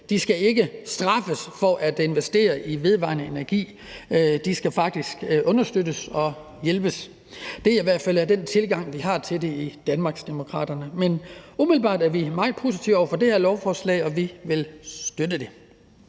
ikke skal straffes for at investere i vedvarende energi, men at de faktisk skal understøttes og hjælpes. Det er i hvert fald den tilgang, vi har til det i Danmarksdemokraterne. Men umiddelbart er vi meget positive over for det her lovforslag, og vi vil støtte det.